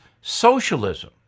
socialism